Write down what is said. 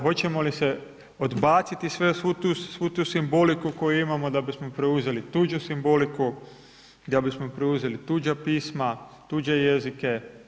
Hoćemo li se odbaciti svu tu simboliku koju imamo da bismo preuzeli tuđu simboliku da bismo preuzeli tuđa pisma, tuđe jezike?